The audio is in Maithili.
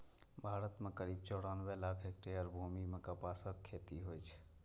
भारत मे करीब चौरानबे लाख हेक्टेयर भूमि मे कपासक खेती होइ छै